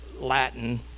latin